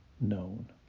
known